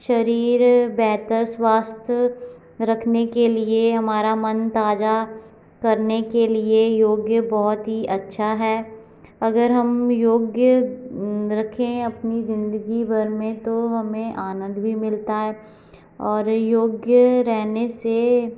शरीर बेहतर स्वस्थ रखने के लिए हमारा मन ताजा करने के लिए योग्य बहोत ही अच्छा है अगर हम योग्य रखें अपनी ज़िंदगी भर में तो हमें आनंद भी मिलता है और योग्य रहने से